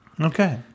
Okay